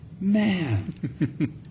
Man